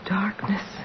darkness